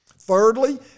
Thirdly